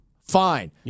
fine